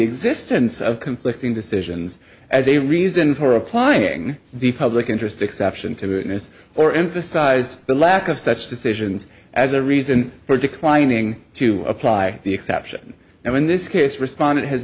existence of conflicting decisions as a reason for applying the public interest exception to this or emphasized the lack of such decisions as a reason for declining to apply the exception and when this case responded has